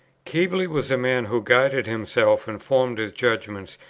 keble was a man who guided himself and formed his judgments,